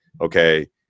okay